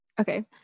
Okay